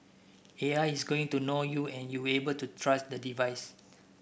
A I is going to know you and you will able to trust the device